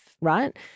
right